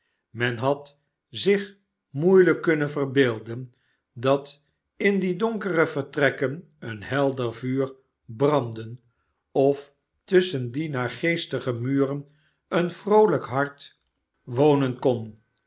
men had zich moeielijk kunnen verbeelden dat in die donkere vertrekken een helder vuur branden of tusschen die naargeestige muren een vroolijk hart wonen